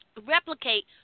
replicate